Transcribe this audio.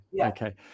okay